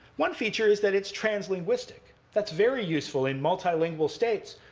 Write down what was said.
one feature is that it's translinguistic. that's very useful in multilingual states,